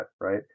Right